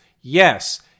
Yes